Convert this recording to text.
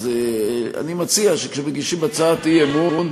אז אני מציע שכשמגישים הצעת אי-אמון,